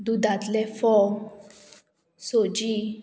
दुदांतलें फोव सोजी